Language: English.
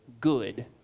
good